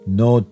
no